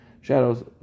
shadows